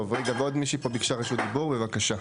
טוב, רגע, ועוד מישהו פה ביקשה רשות דיבור, בבקשה.